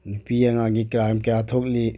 ꯅꯨꯄꯤ ꯑꯉꯥꯡꯒꯤ ꯀ꯭ꯔꯥꯏꯝ ꯀꯌꯥ ꯊꯣꯛꯂꯤ